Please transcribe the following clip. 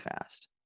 fast